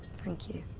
thank you.